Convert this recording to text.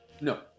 No